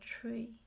tree